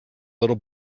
little